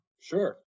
Sure